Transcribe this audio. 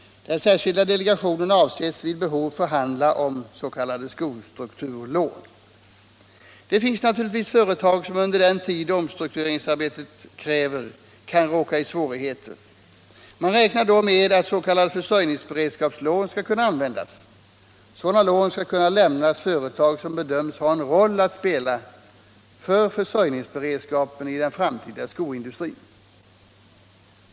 Den särskilda delegationen avses vid behov förhandla om s.k. skostrukturlån. Det finns naturligtvis företag som under den tid omstrukturerings = Nr 119 arbetet kräver kan råka i svårigheter. Man räknar då med att s.k. för Torsdagen den sörjningsberedskapslån skall kunna användas. Sådana lån skall kunna 28 april 1977 lämnas företag som bedöms ha en roll att spela för försörjningsbered= = skapen i den framtida skoindustrin.